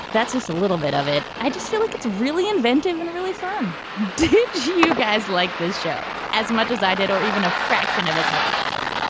that's just a little bit of it. i just feel like it's really inventive and really fun. did you guys like this show as much as i did or even a fraction of as much as i did?